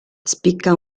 spicca